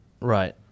Right